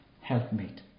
helpmate